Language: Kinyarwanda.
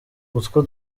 utwo